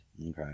Okay